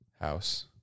House